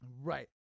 Right